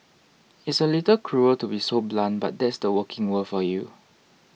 it's a little cruel to be so blunt but that's the working world for you